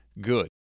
good